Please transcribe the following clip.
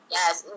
Yes